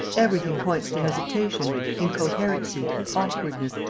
everything points to hesitation, incoherency, awkwardness,